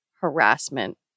harassment